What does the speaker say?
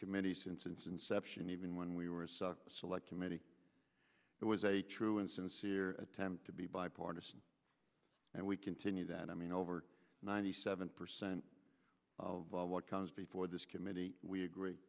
committee since since inception even when we were stuck select committee it was a true and sincere attempt to be bipartisan and we continue that i mean over ninety seven percent of what comes before this committee we agree